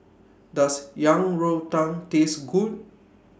Does Yang Rou Tang Taste Good